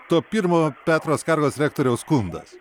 to pirmo petro skargos rektoriaus skundas